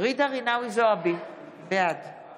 ג'ידא רינאוי זועבי, בעד